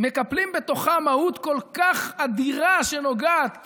מקפלים בתוכם מהות כל כך אדירה שנוגעת